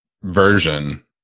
version